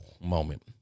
moment